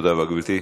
תודה רבה, גברתי.